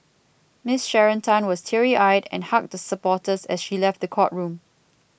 Miss Sharon Tan was teary eyed and hugged supporters as she left the courtroom